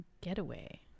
Getaway